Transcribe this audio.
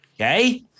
okay